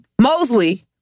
Mosley